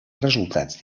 resultats